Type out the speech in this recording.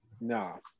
No